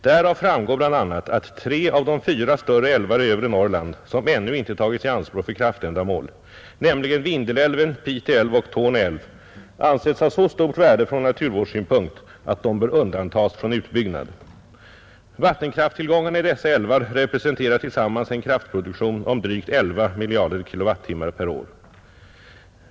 Därav framgår bl.a. att tre av de fyra större älvar i övre Norrland, som ännu inte tagits i anspråk för kraftändamål, nämligen Vindelälven, Pite älv och Torne älv, ansetts ha så stort värde från naturvårdssynpunkt att de bör undantas från utbyggnad. Vattenkrafttillgångarna i dessa älvar representerar tillsammans en kraftproduktion om drygt 11 miljarder kilowattimmar per år.